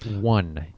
one